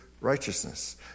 righteousness